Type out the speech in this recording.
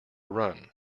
run